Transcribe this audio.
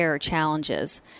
challenges